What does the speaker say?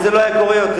וזה לא היה קורה יותר.